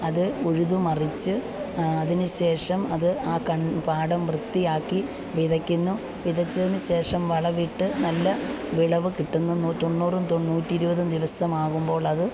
അത് ഉഴുതുമറിച്ച് അതിനു ശേഷം അത് ആ കൺ പാടം വൃത്തിയാക്കി വിതയ്ക്കുന്നു വിതച്ചതിനു ശേഷം വളമിട്ട് നല്ല വിളവ് കിട്ടുന്നു നൂ തൊണ്ണൂറും തൊ നൂറ്റി ഇരുപതും ദിവസമാകുമ്പോൾ അത്